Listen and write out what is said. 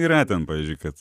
yra ten pavyzdžiui kad